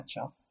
matchup